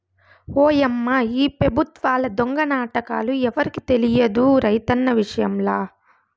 ఓయమ్మా ఈ పెబుత్వాల దొంగ నాటకాలు ఎవరికి తెలియదు రైతన్న విషయంల